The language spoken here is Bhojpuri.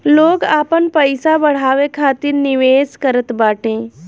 लोग आपन पईसा बढ़ावे खातिर निवेश करत बाटे